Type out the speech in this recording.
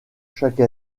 chaque